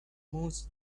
most